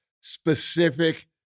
specific